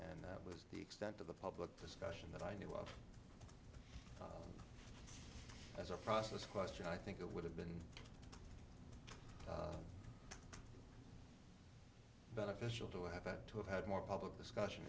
and that's the extent of the public discussion that i knew of as a process question i think it would have been beneficial to have had to have had more public discussion